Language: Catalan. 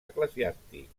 eclesiàstics